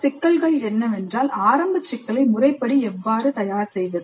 சிக்கல்கள் என்னவென்றால் ஆரம்ப சிக்கலை முறைப்படி எவ்வாறு தயார் செய்வது